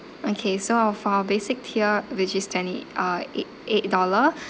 okay so uh for our basic tier which is twenty uh eight eight dollar